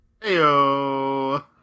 Heyo